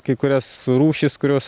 kai kurias rūšis kurios